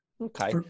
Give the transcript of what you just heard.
Okay